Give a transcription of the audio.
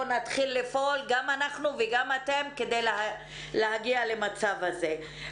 נתחיל לפעול גם אנחנו וגם אתם כדי להגיע למצב הזה.